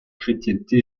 chrétienté